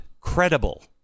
credible